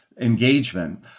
engagement